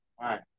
right